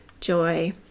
joy